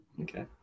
Okay